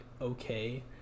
okay